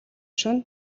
шөнө